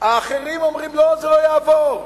האחרים אומרים: לא, זה לא יעבור.